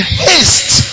haste